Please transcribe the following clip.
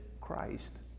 Christ